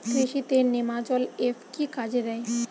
কৃষি তে নেমাজল এফ কি কাজে দেয়?